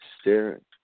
Staring